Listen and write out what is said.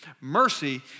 Mercy